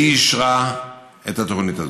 והיא אישרה את התוכנית הזאת.